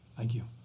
thank you.